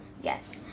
Yes